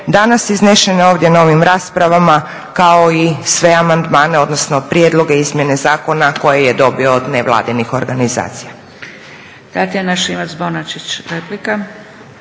danas iznesene ovdje na ovim raspravama, kao i sve amandmane odnosno prijedloge izmjene zakona koje je dobio od nevladinih organizacija. **Zgrebec, Dragica